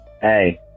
Hey